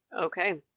Okay